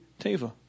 Teva